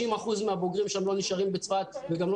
90% מהבוגרים שם לא נשארים בצפת וגם לא